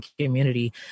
community